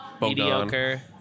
Mediocre